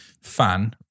fan